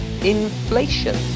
inflation